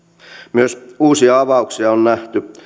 myös uusia avauksia on nähty